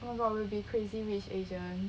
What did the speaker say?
oh my god we will be crazy rich asian